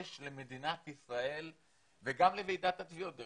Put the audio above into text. יש למדינת ישראל וגם לוועידת התביעות את